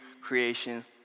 creation